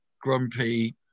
grumpy